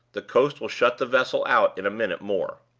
the coast will shut the vessel out in a minute more.